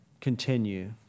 continue